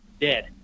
dead